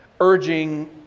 urging